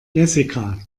jessica